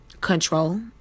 control